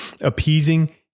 appeasing